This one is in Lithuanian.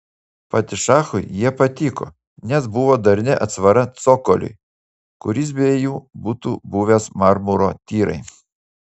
padišachui jie patiko nes buvo darni atsvara cokoliui kuris be jų būtų buvęs marmuro tyrai